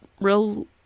real